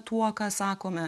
tuo ką sakome